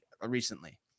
recently